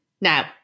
Now